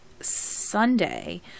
Sunday